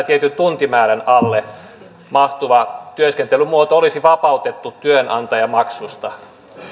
tietyn tuntimäärän alle mahtuva työskentelymuoto olisi vapautettu työnantajamaksusta